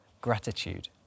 gratitude